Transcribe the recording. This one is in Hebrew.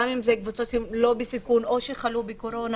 גם אם זה קבוצות שהן לא בסיכון או שחלו בקורונה,